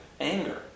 anger